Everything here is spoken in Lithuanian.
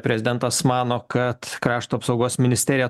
prezidentas mano kad krašto apsaugos ministerija